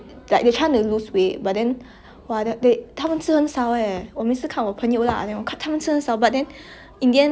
in the end 也不是减很多肥 what I think it's like really up to your genetics like what you say lor and